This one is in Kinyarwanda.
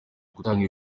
gutanga